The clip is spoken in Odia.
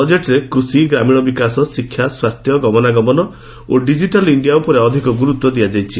ବଜେଟ୍ରେ କୃଷି ଗ୍ରାମୀଶ ବିକାଶ ଶିକ୍ଷା ସ୍ୱାସ୍ଥ୍ୟ ଗମନାଗମନ ଓ ଡିକିଟାଲ୍ ଇଣ୍ଡିଆ ଉପରେ ଅଧିକ ଗୁରୁତ୍ ଦିଆଯାଇଛି